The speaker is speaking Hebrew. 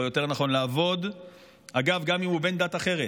או יותר נכון לעבוד, אגב, גם אם הוא בן דת אחרת,